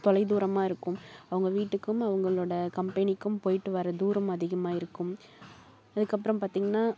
தொலை தூரமாக இருக்கும் அவங்க வீட்டுக்கும் அவங்களோட கம்பெனிக்கும் போயிட்டு வர தூரம் அதிகமாக இருக்கும் அதுக்கப்புறம் பார்த்தீங்கனா